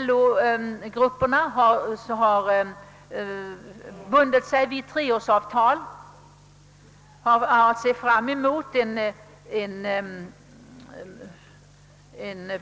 LO grupperna har bundit sig vid treårsavtal och har att se fram emot en